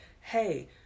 hey